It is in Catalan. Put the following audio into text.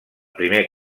primer